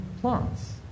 plants